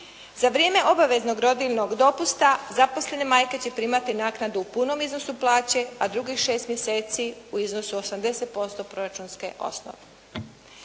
Za vrijeme obaveznog rodiljnog dopusta zaposlene majke će primati naknadu u punom iznosu plaće, a drugih 6 mjeseci u iznosu 80% proračunske osnove.